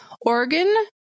organ